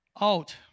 out